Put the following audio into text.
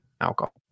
alcohol